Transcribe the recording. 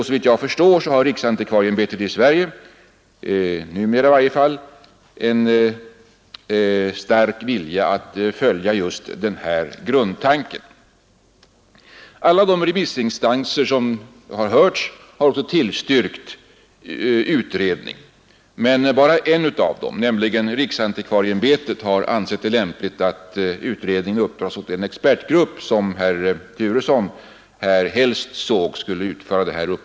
Såvitt jag förstår har riksantikvarieämbetet i Sverige, numera i varje fall, en stark vilja att följa just denna grundtanke. Alla de remissinstanser som hörts har tillstyrkt utredning, men bara en av dem, riksantikvarieämbetet, har ansett det lämpligt att utredningen uppdras åt den expertgrupp som herr Turesson här ansåg att uppdraget helst skulle anförtros till.